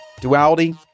Duality